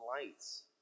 Lights